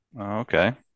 Okay